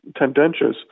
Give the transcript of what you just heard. tendentious